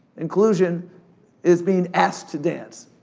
inclusion is being asked to dance,